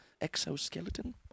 exoskeleton